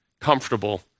comfortable